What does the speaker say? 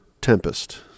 tempest